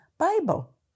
Bible